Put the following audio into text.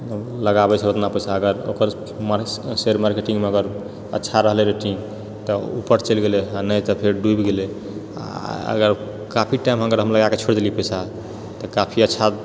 लगाबै छै ओतना पैसा अगर ओकरमे श शेयरमार्केटिङ्गमे अगर अच्छा रहलै तऽ ठीक तऽ ऊपर चलि गेलै नहि तऽ फेर डुबि गेलै आ अगर काफी टाइम अगर हम लगाए कऽ छोड़ि देलियै पैसा तऽ काफी अच्छा